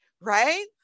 right